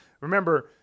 remember